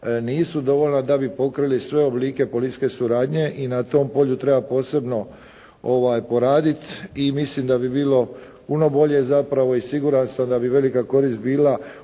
nisu dovoljna da bi pokrili sve oblike policijske suradnje i na tom polju treba posebno poraditi. I mislim da bi bilo puno bolje zapravo i siguran sam da bi velika korist bila